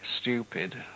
stupid